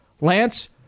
Lance